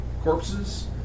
corpses